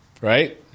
Right